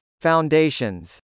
Foundations